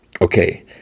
okay